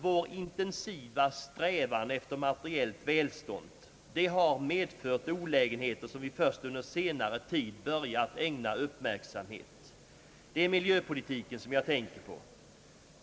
Vår intensiva strävan efter materiellt välstånd har medfört olägenheter, som vi först under senare tid börjat ägna uppmärksamhet. Det är miljöpolitiken som jag tänker på.